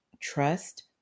trust